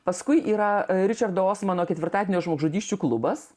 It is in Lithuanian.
paskui yra ričardo osmano ketvirtadienio žmogžudysčių klubas